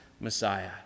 Messiah